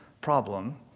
problem